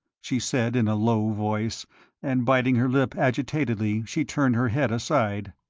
she said in a low voice and biting her lip agitatedly she turned her head aside.